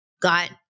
got